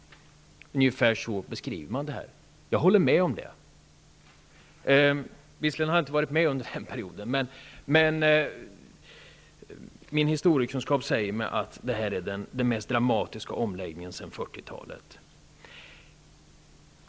Jag håller med om det. Visserligen var jag inte med under den perioden, men min historiekunskap säger mig att detta är den mest dramatiska omläggningen sedan 40-talet.